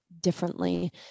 differently